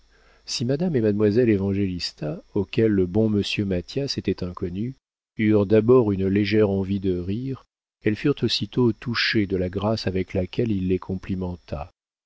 si madame et mademoiselle évangélista auxquelles le bon monsieur mathias était inconnu eurent d'abord une légère envie de rire elles furent aussitôt touchées de la grâce avec laquelle il les complimenta